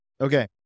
Okay